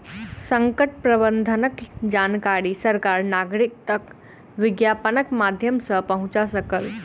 संकट प्रबंधनक जानकारी सरकार नागरिक तक विज्ञापनक माध्यम सॅ पहुंचा सकल